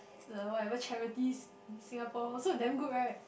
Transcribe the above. the whatever charities in Singapore also damn good right